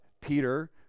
Peter